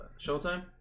Showtime